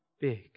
big